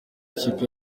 ikipe